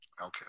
Okay